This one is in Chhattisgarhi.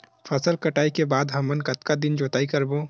फसल कटाई के बाद हमन कतका दिन जोताई करबो?